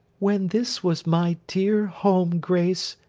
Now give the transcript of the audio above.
when this was my dear home, grace,